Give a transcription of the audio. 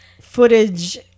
footage